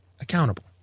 accountable